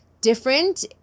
different